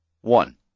One